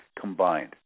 combined